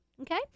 okay